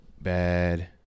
bad